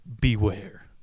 Beware